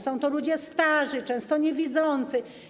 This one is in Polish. Są to ludzie starzy, często niewidzący.